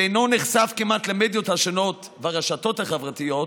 שאינו נחשף כמעט למדיות השונות והרשתות החברתיות,